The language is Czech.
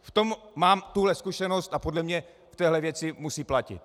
V tom mám tuhle zkušenost a podle mě v téhle věci musí platit.